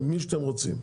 מי שאתם רוצים.